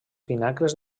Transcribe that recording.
pinacles